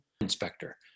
inspector